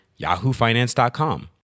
YahooFinance.com